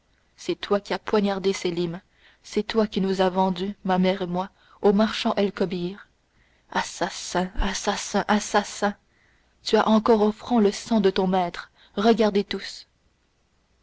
c'est toi qui as poignardé sélim c'est toi qui nous as vendues ma mère et moi au marchand el kobbir assassin assassin assassin tu as encore au front le sang de ton maître regardez tous